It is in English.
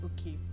okay